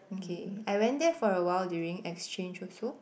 okay I went there for awhile during exchange also